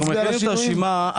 guide star זה אתר של משרד המשפטים,